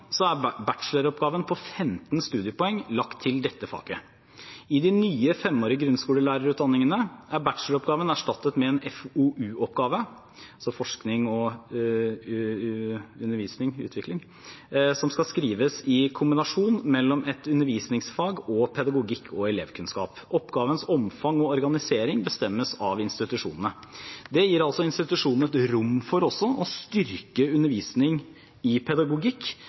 er bacheloroppgaven på 15 studiepoeng lagt til dette faget. I de nye femårige grunnskolelærerutdanningene er bacheloroppgaven erstattet med en FoU-oppgave, altså forskning og utvikling, som skal skrives i kombinasjon mellom et undervisningsfag og pedagogikk og elevkunnskap. Oppgavens omfang og organisering bestemmes av institusjonene. Det gir altså institusjonene et rom for også å styrke undervisning i pedagogikk.